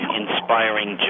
inspiring